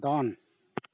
ᱫᱚᱱ